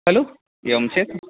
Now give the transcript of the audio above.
खलु एवं चेत्